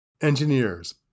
engineers